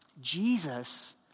Jesus